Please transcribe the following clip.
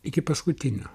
iki paskutinio